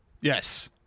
Yes